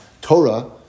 Torah